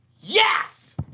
Yes